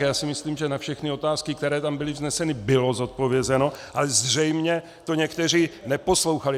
Já si myslím, že na všechny otázky, které tam byly vzneseny, bylo zodpovězeno, ale zřejmě to někteří neposlouchali.